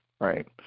Right